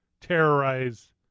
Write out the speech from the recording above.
terrorize